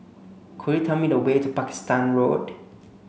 could you tell me the way to Pakistan Road